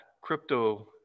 crypto